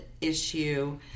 issue